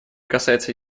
касается